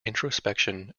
introspection